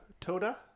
toda